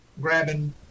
grabbing